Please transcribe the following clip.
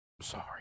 sorry